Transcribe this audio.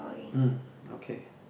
mm okay